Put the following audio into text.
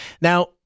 Now